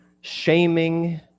shaming